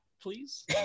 please